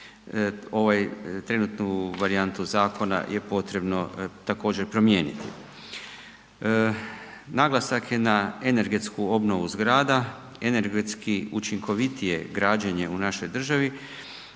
ovaj, trenutnu varijantu zakona je potrebno također promijeniti. Naglasak je na energetsku obnovu zgrada, energetski učinkovitije građenje u našoj državi